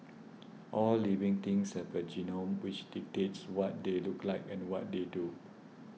all living things have a genome which dictates what they look like and what they do